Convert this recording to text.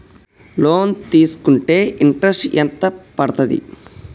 Loan తీస్కుంటే interest ఎంత పడ్తది?